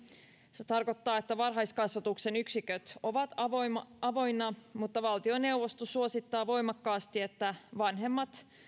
se tarkoittaa että varhaiskasvatuksen yksiköt ovat avoinna mutta valtioneuvosto suosittaa voimakkaasti että vanhemmat